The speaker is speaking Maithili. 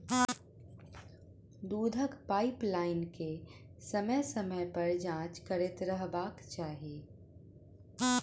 दूधक पाइपलाइन के समय समय पर जाँच करैत रहबाक चाही